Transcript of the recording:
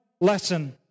lesson